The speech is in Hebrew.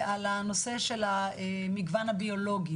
על הנושא של המגוון הביולוגי,